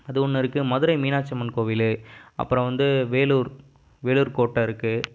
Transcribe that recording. அது ஒன்று இருக்குது மதுரை மீனாட்சி அம்மன் கோவில் அப்புறம் வந்து வேலூர் வேலூர் கோட்டை இருக்குது